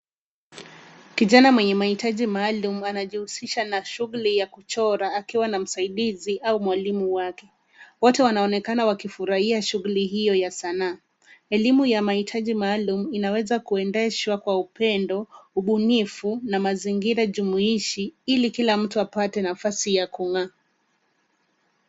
Kijana mwenye mahitaji maalum anajihusisha na shughuli ya kuchora akiwa na msaidizi au mwalimu wake. Wote wanaonekana wakifurahia shughuli hiyo ya sanaa. Elimu ya mahitaji maalum inaweza kuendeshwa kwa upendo, ubunifu na mazingira jumuishi ili kila mtu apate nafasi ya kung'aa.